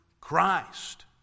Christ